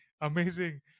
amazing